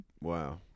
Wow